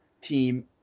team